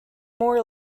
more